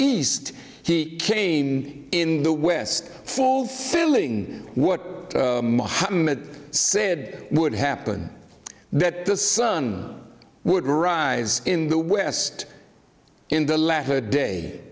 east he came in the west fulfilling what mohammad said would happen that the sun would rise in the west in the latter day